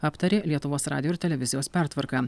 aptarė lietuvos radijo ir televizijos pertvarką